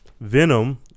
Venom